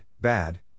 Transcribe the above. bad